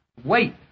Wait